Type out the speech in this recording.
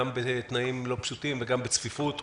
גם בתנאים לא פשוטים וגם בצפיפות,